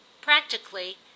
Practically